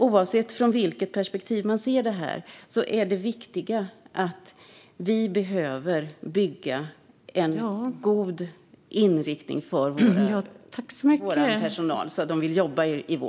Oavsett från vilket perspektiv man ser detta är det viktiga att vi bygger en god inriktning för vår personal, så att personalen vill jobba i vården.